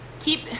Keep